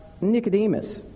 Nicodemus